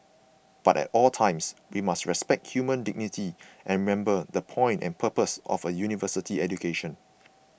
but at all times we must respect human dignity and remember the point and purpose of a University education